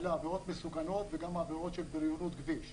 אלה עבירות מסוכנות וגם העבירות של בריונות כביש.